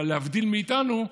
אבל להבדיל מאיתנו,